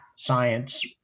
science